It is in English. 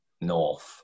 North